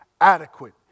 adequate